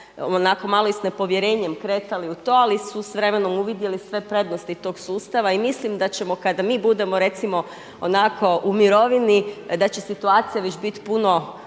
onako malo i s nepovjerenjem kretali u to, ali su s vremenom uvidjeli sve prednosti tog sustava. I mislim da ćemo kada mi budemo recimo onako u mirovini, da će situacija bit već puno